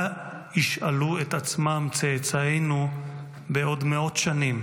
מה ישאלו את עצמם צאצאינו בעוד מאות שנים,